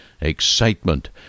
excitement